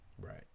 Right